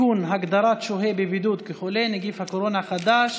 תשתף פעולה,